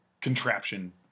contraption